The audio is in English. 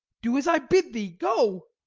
do as i bid thee, go.